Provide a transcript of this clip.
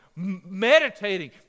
meditating